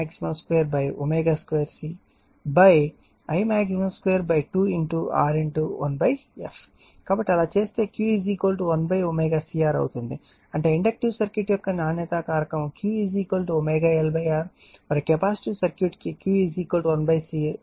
కాబట్టి అలా చేస్తే Q 1 ωCR అవుతుంది అంటే ఇండక్టివ్ సర్క్యూట్ యొక్క నాణ్యతా కారకం Q L ω R మరియు capacitive circuit Q 1 ω C R గా పరిగణించబడుతుంది